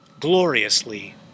gloriously